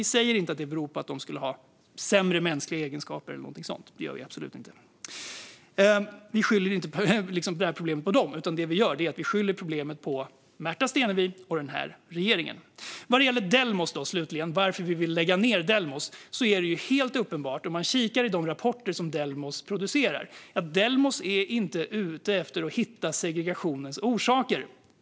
Vi säger dock inte att det beror på att de skulle ha sämre mänskliga egenskaper eller så; det gör vi absolut inte. Vi skyller inte problemet på dem, utan på Märta Stenevi och regeringen. Vi vill lägga ned Delmos för att det blir helt uppenbart när man kikar i de rapporter Delmos producerar att Delmos inte är ute efter att hitta segregationens orsaker.